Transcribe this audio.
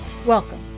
Welcome